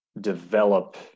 develop